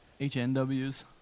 HNWs